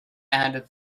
add